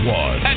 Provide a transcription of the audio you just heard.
one